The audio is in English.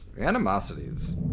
Animosities